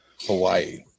Hawaii